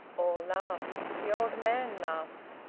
all laughed. the old man laughed.